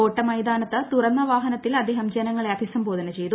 കോട്ടമൈതാനത്തു തുറന്ന വാഹനത്തിൽ അദ്ദേഹം ജനങ്ങളെ അഭിസംബോധന ചെയ്തു